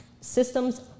systems